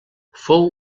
fou